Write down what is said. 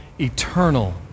Eternal